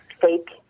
fake